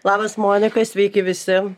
labas monika sveiki visi